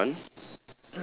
okay that's one